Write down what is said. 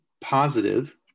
positive